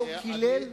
לא קילל,